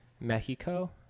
Mexico